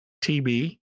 TB